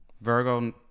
Virgo